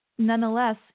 Nonetheless